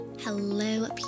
hello